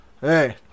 Hey